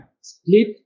split